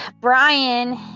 Brian